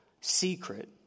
secret